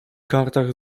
kartach